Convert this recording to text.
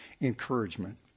encouragement